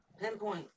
Pinpoint